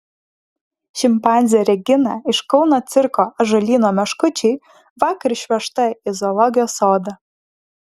šimpanzė regina iš kauno cirko ąžuolyno meškučiai vakar išvežta į zoologijos sodą